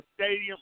Stadium